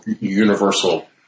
universal